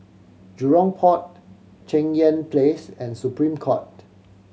Jurong Port Cheng Yan Place and Supreme Court